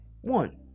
one